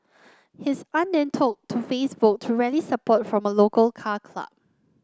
his aunt then took to Facebook to rally support from a local car club